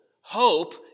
Hope